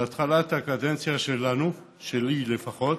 בהתחלת הקדנציה שלנו, שלי, לפחות,